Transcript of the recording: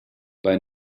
bei